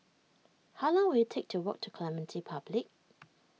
how long will it take to walk to Clementi Public